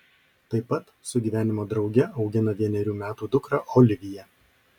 tai pat su gyvenimo drauge augina vienerių metų dukrą oliviją